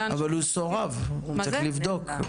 אבל הוא סורב, צריך לבדוק.